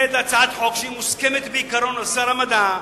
להצעת חוק שהיא מוסכמת בעיקרון על שר המדע,